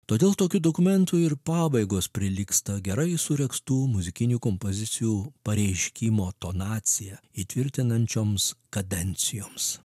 todėl tokių dokumentų ir pabaigos prilygsta gerai suregztų muzikinių kompozicijų pareiškimo tonaciją įtvirtinančioms kadencijoms